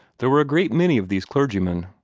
there were a great many of these clergymen.